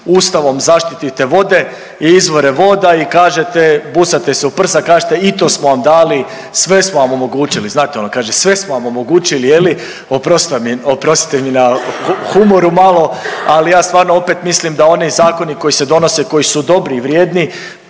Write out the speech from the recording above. Ustavom zaštite vode i izvore voda i kažete busate se u prsa, kažete i to smo vam dali, sve smo vam omogućili znate ono kaže sve smo vam omogućili, oprostite mi na humoru malo, ali ja stvarno opet mislim da oni zakoni koji se donose, koji su dobri i vrijedni